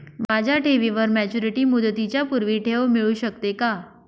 माझ्या ठेवीवर मॅच्युरिटी मुदतीच्या पूर्वी ठेव मिळू शकते का?